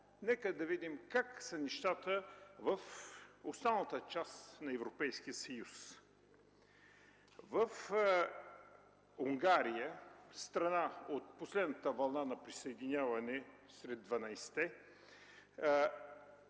нека да видим как са нещата в останалата част на Европейския съюз. В Унгария – страна от последната вълна на присъединяване сред